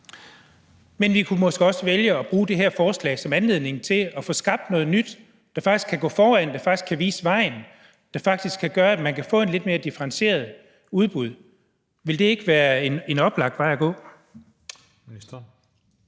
Men vi kunne måske også vælge at bruge det her forslag som anledning til at få skabt noget nyt, der faktisk kan gå foran, og som faktisk kan vise vejen og gøre, at man kan få et lidt mere differentieret udbud. Ville det ikke være en oplagt vej at gå?